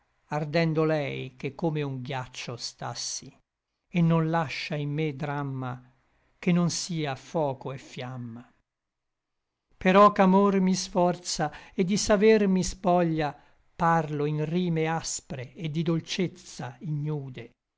ardendo lei che come un ghiaccio stassi et non lascia in me dramma che non sia foco et fiamma però ch'amor mi sforza et di saver mi spoglia parlo in rime aspre et di dolcezza ignude